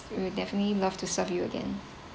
we'll definitely love to serve you again